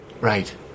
Right